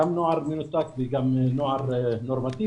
גם נוער מנותק וגם נוער נורמטיבי,